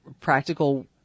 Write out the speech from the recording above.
practical